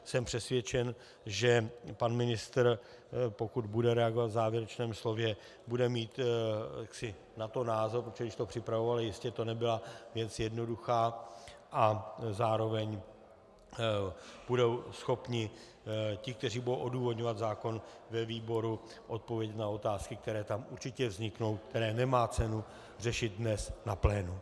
Jsem přesvědčen, že pan ministr, pokud bude reagovat v závěrečném slově, bude mít na to názor, protože když to připravovali, jistě to nebyla věc jednoduchá, a zároveň budou schopni ti, kteří budou odůvodňovat zákon ve výboru, odpovědět na otázky, které tam určitě vzniknou, které nemá cenu řešit dnes na plénu.